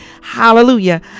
Hallelujah